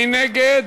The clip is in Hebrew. מי נגד?